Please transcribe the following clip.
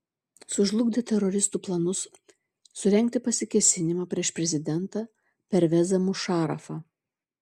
sužlugdė teroristų planus surengti pasikėsinimą prieš prezidentą pervezą mušarafą